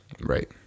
right